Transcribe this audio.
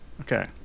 Okay